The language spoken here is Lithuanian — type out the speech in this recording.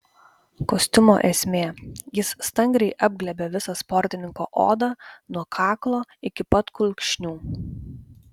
kostiumo esmė jis stangriai apglėbia visą sportininko odą nuo kaklo iki pat kulkšnių